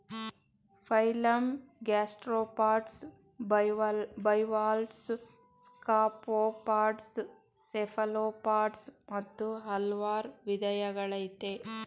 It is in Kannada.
phylum gastropods bivalves scaphopods cephalopods ಮತ್ತು ಹಲ್ವಾರ್ ವಿದಗಳಯ್ತೆ